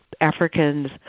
Africans